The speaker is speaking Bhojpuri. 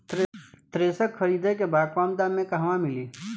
थ्रेसर खरीदे के बा कम दाम में कहवा मिली?